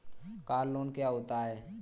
Car loan क्या होता है?